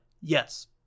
Yes